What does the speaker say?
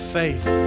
faith